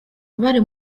bari